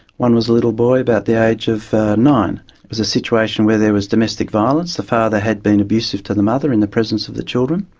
one was a little boy about the age of nine. it was a situation where there was domestic violence. the father had been abusive to the mother in the presence of the children.